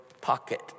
pocket